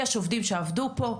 יש עובדים שעבדו פה.